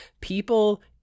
people